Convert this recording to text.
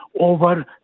over